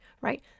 right